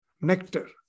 nectar